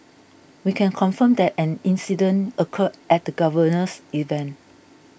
we can confirm that an incident occurred at the Governor's event